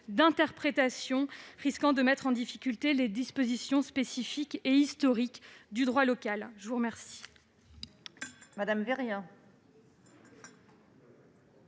d'interprétation susceptible de mettre en difficulté les dispositions spécifiques et historiques du droit local. La parole